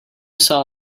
saw